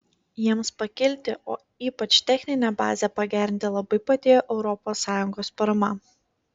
jiems pakilti o ypač techninę bazę pagerinti labai padėjo europos sąjungos parama